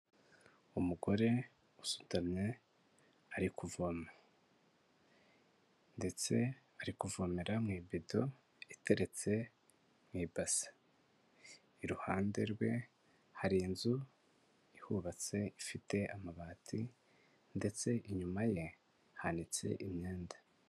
Umugore usutamye ari kuvoma ndetse ari kuvomera mu ibido iteretse mu ibase. Iruhande rwe, hari inzu ihubatse, ifite amabati ndetse inyuma ye hanitse imyenda.